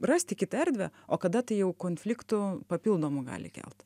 rasti kitą erdvę o kada tai jau konfliktų papildomų gali kelt